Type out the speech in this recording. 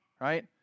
right